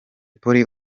polly